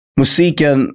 musiken